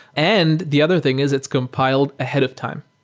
and the other thing is it's compiled ahead of time.